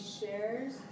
shares